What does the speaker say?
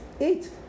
Eat